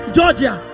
Georgia